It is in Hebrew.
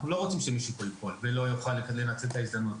אנחנו לא רוצים שמישהו פה ייפול ולא יוכל לנצל את ההזדמנות.